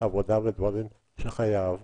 עבודה ודברים שחייב.